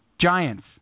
Giants